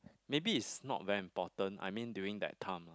maybe it's not very important I mean during that time lah